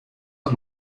are